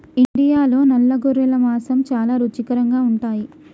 ఇండియాలో నల్ల గొర్రెల మాంసం చాలా రుచికరంగా ఉంటాయి